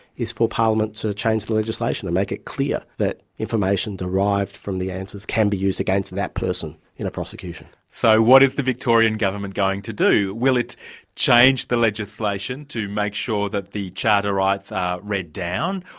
is for parliament so to change the legislation and make it clear that information derived from the answers can be used against that person in a prosecution. so what is the victorian government going to do? will it change the legislation to make sure that the charter rights are read down,